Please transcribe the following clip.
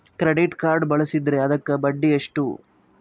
Credit card ಬಳಸಿದ್ರೇ ಅದಕ್ಕ ಬಡ್ಡಿ ಎಷ್ಟು?